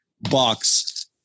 box